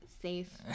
safe